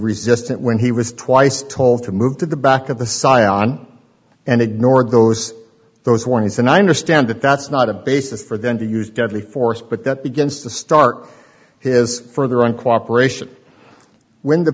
resistant when he was twice told to move to the back of the cylon and ignored those those warnings and i understand that that's not a basis for them to use deadly force but that begins to start is further in cooperation when the